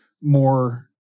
more